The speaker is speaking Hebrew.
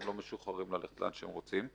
הם לא משוחררים ללכת לאן שהם רוצים.